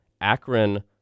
Akron